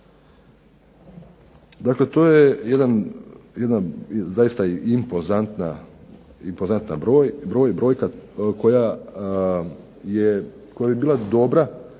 Dakle, to je jedan impozantan broj koja bi bila dobra